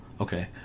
Okay